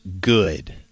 good